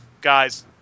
guys